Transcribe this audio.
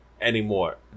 anymore